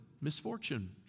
misfortune